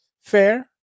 Fair